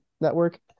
network